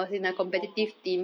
!whoa!